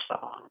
song